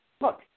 Look